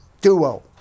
duo